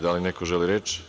Da li neko želi reč?